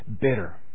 bitter